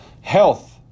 Health